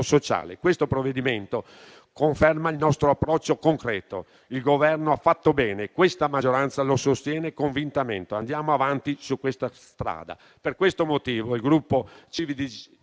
Il provvedimento in esame conferma il nostro approccio concreto. Il Governo ha fatto bene, questa maggioranza lo sostiene convintamente. Andiamo avanti su questa strada. Per questo motivo il Gruppo Civici